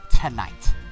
tonight